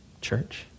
church